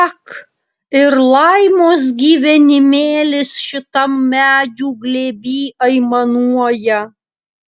ak ir laimos gyvenimėlis šitam medžių glėby aimanuoja